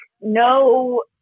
no